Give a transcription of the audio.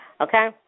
Okay